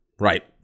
right